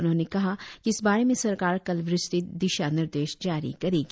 उन्होंने कहा कि इस बारे में सरकार कल विस्तृत दिशा निर्देश जारी करेगी